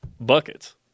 buckets